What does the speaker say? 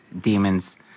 demons